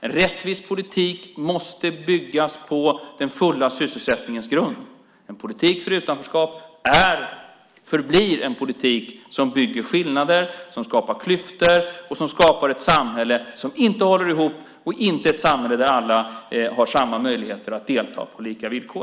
En rättvis politik måste byggas på den fulla sysselsättningens grund. En politik för utanförskap förblir en politik som bygger skillnader, som skapar klyftor och som skapar ett samhälle som inte håller ihop och inte ett samhälle där alla har samma möjligheter att delta på lika villkor.